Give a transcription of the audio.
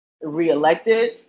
reelected